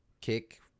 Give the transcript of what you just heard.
kick